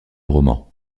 roman